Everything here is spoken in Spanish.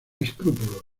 escrúpulos